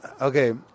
Okay